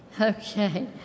Okay